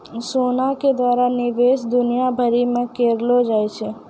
सोना के द्वारा निवेश दुनिया भरि मे करलो जाय छै